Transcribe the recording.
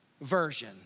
version